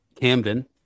Camden